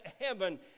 heaven